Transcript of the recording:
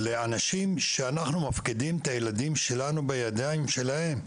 לאנשים שאנחנו מפקידים את הילדים שלנו בידיים שלהם.